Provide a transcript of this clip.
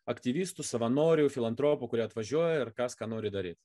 aktyvistų savanorių filantropų kurie atvažiuoja ir kas ką nori daryt